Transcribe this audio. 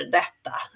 detta